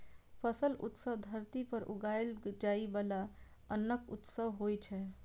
फसल उत्सव धरती पर उगाएल जाइ बला अन्नक उत्सव होइ छै